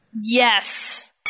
Yes